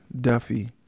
Duffy